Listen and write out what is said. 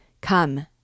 Come